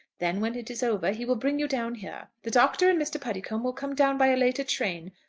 then when it is over he will bring you down here. the doctor and mr. puddicombe will come down by a later train.